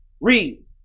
Read